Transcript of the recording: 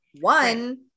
one